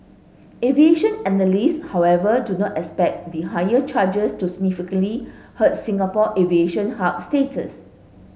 aviation analysts however do not expect the higher charges to significantly hurt Singapore aviation hub status